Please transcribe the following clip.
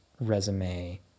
resume